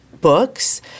books